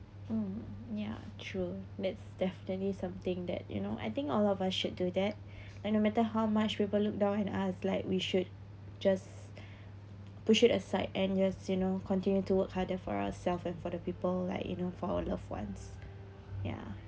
mm ya true that's definitely something that you know I think all of us should do that and no matter how much people look down on us like we should just push it aside and yes you know continue to work harder for ourselves and for the people like you know for our loved ones ya